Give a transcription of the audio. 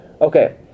Okay